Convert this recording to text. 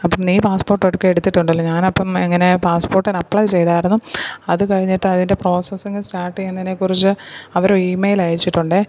അപ്പോ നീ പാസ്പോർട്ട് ഒരിക്കൽ എടുത്തിട്ടുണ്ടല്ലോ ഞാൻ അപ്പം ഇങ്ങനെ പാസ്പോർട്ടിന് അപ്ലൈ ചെയ്തത് ആയിരുന്നു അത് കഴിഞ്ഞിട്ട് അതിൻ്റെ പ്രോസസിങ് സ്റ്റാർട്ട് ചെയ്യുന്നതിനെ കുറിച്ച് അവർ ഇമെയില് അയച്ചിട്ടുണ്ട്